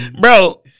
Bro